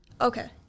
Okay